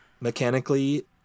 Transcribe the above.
mechanically